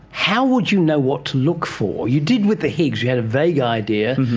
how would you know what to look for? you did with the higgs, you had a vague idea,